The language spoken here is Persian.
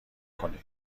کنین